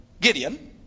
Gideon